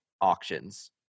auctions